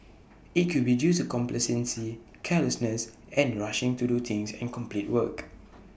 IT could be due to complacency carelessness and rushing to do things and complete work